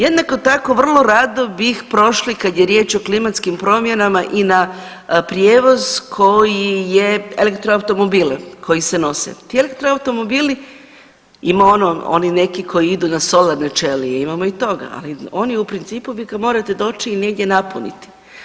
Jednako tako vrlo rado bih prošli kad je riječ o klimatskim promjenama i na prijevoz koji je elektro automobil, koji se nose, ti elektro automobili, imam oni neki koji idu na solarne ćelije, imamo i toga, ali oni u principu vi ga morate doći i negdje napuniti.